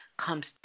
comes